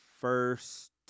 first